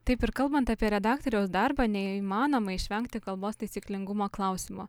taip ir kalbant apie redaktoriaus darbą neįmanoma išvengti kalbos taisyklingumo klausimo